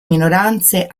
minoranze